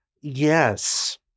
Yes